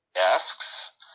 asks